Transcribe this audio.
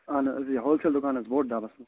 اَہَن حظ یہِ ہول سیل دُکان حظ بوڈ ڈلس منٛز